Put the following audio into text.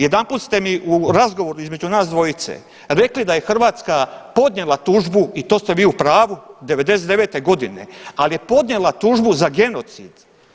Jedanput ste mi u razgovoru između nas dvojite rekli da je Hrvatska podnijela tužbu i to ste vi u pravu '99. godine, ali je podnijela tužbu za genocid.